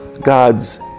God's